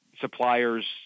suppliers